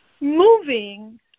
moving